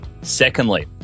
Secondly